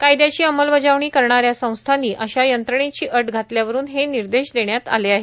कायद्याची अंमलबजावणी करणाऱ्या संस्थानी अशा यंत्रणेची अट घातल्यावरुन हे निर्देश देण्यात आले आहेत